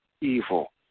evil